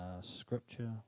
Scripture